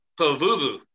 Pavuvu